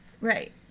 Right